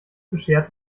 beschert